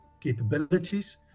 capabilities